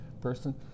person